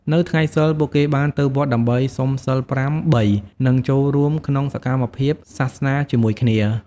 នៅថ្ងៃសីល ពួកគេបានទៅវត្តដើម្បីសុំសីលប្រាំបីនិងចូលរួមក្នុងសកម្មភាពសាសនាជាមួយគ្នា។